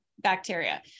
bacteria